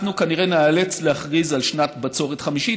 אנחנו כנראה נאלץ להכריז על שנת בצורת חמישית,